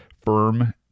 firm